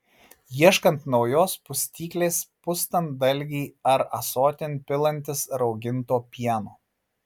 ieškant naujos pustyklės pustant dalgį ar ąsotin pilantis rauginto pieno